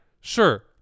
sure